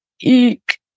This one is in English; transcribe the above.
Eek